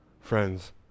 friends